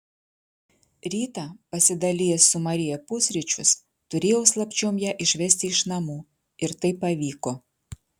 rytą pasidalijęs su marija pusryčius turėjau slapčiom ją išvesti iš namų ir tai pavyko